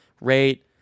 rate